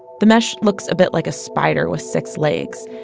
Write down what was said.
the mesh looks a bit like a spider with six legs.